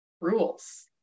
rules